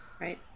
Right